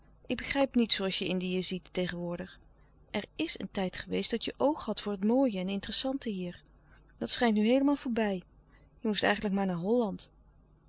ik begrijp niet zooals je indië ziet tegenwoordig er is een tijd geweest dat je oog hadt voor het mooie en interessante hier dat schijnt nu heelemaal voorbij je moest eigenlijk maar naar holland